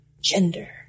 gender